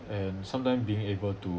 and sometime being able to